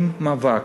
עם מאבק.